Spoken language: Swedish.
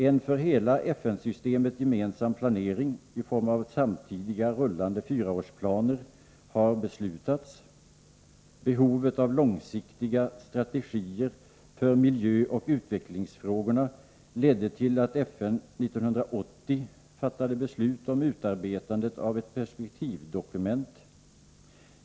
En för hela FN-systemet gemensam planering i form av samtidiga rullande fyraårsplaner har beslutats, Behovet av långsiktiga strategier för miljöoch utvecklingsfrågorna ledde till att FN 1980 fattade beslut om utarbetandet av ett perspektivdokument.